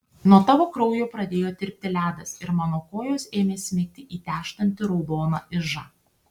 nuo tavo kraujo pradėjo tirpti ledas ir mano kojos ėmė smigti į tęžtantį raudoną ižą